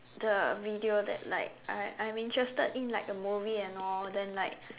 the video that like I I'm interested in like a movie and all then like